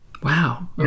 Wow